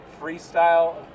freestyle